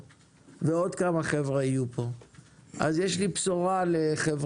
אז תודה לך.